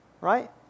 Right